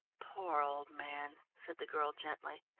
poor old man, said the girl gently.